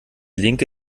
linke